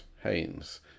haynes